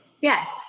Yes